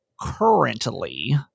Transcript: currently